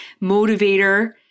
motivator